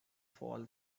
fall